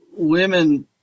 Women